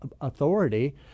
authority